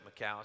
McAllister